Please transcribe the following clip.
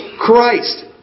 Christ